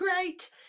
great